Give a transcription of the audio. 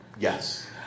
Yes